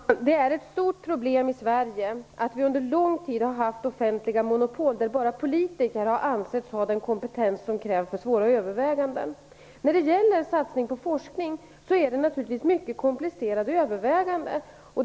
Herr talman! Det är ett stort problem i Sverige att vi under lång tid har haft offentliga monopol där bara politiker har ansetts ha den kompetens som krävs för svåra överväganden. När det gäller satsningar på forskning är det naturligtvis mycket komplicerade överväganden som skall göras.